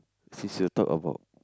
since you'll talk about